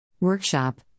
Workshop